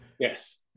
Yes